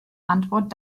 antwort